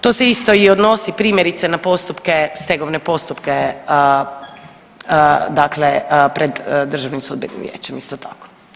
To se isto odnosi primjerice i na postupke, stegovne postupke dakle pred Državnim sudbenim vijećem isto tako.